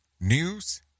News